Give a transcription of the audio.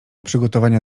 przygotowania